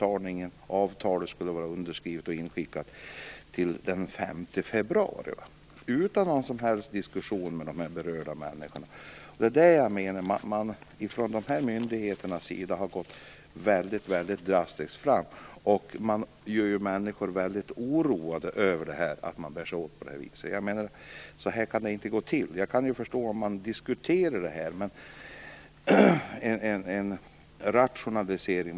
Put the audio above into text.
Avtalet skulle vara underskrivet och inskickat till den 5 februari, utan någon som helst diskussion med de berörda människorna. Jag menar att dessa myndigheter har gått mycket drastiskt fram. De gör människor väldigt oroade när de bär sig åt på det här viset. Så här kan det inte gå till. Jag kan förstå om man diskuterar en rationalisering.